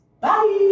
Bye